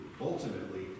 ultimately